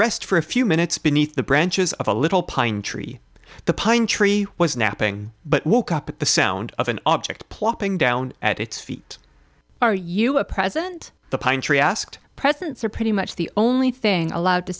rest for a few minutes beneath the branches of a little pine tree the pine tree was napping but woke up at the sound of an object plopping down at its feet are you a present the pine tree asked presence are pretty much the only thing allowed to